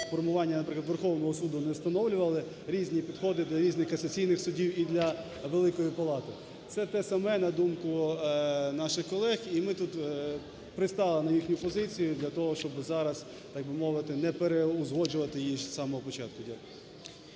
формування, наприклад, Верховного Суду не встановлювали різні підходи для різних касаційних судів і для Великої палати? Це те саме, на думку наших колег, і ми тут пристали на їх позицію, для того щоб зараз, так би мовити, непереузгоджувати її з самого початку.